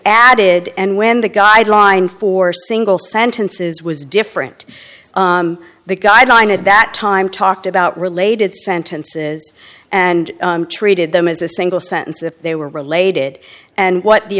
added and when the guideline for single sentences was different the guidelines at that time talked about related sentences and treated them as a single sentence if they were related and what the